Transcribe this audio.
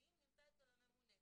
ואם נמצא אצל הממונה,